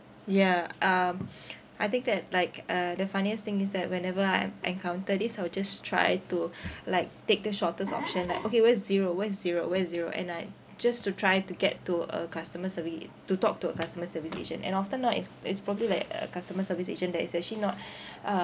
ya um I think that like uh the funniest thing is that whenever I encounter this I will just try to like take the shortest option like okay what is zero what is zero what is zero and I just to try to get to a customer service to talk to a customer service agent and often not it's it's probably like a customer service agent that it's actually not uh